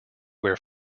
where